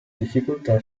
difficoltà